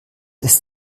ist